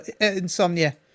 insomnia